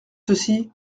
ceci